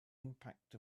impact